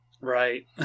Right